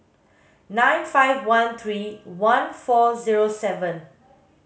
nine five one three one four zero seven